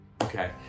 Okay